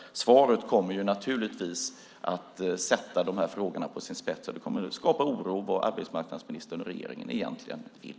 Svaret kommer naturligtvis att ställa de här frågorna på sin spets och skapa en oro för vad arbetsmarknadsministern och regeringen egentligen vill.